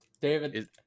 David